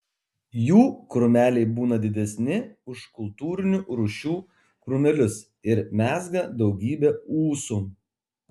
jų krūmeliai būna didesni už kultūrinių rūšių krūmelius ir mezga daugybę ūsų